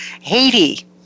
Haiti